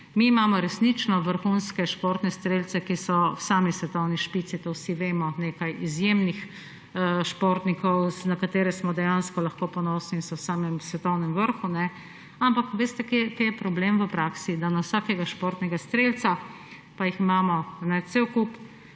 Mi imamo resnično vrhunske športne strelce, ki so v sami svetovni špici. To vsi vemo. Nekaj izjemnih športnikov, na katere smo dejansko lahko ponosni in so v samem svetovnem vrhu. Ampak kje je problem v praksi? Da na vsakega športnega strelca pride cel kup